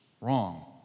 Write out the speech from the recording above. wrong